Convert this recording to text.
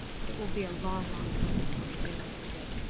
but it will be a long, long time before he realizes it.